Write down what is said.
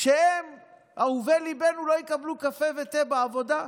שהם אהובי ליבנו, לא יקבלו קפה ותה בעבודה?